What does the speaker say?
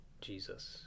Jesus